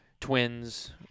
twins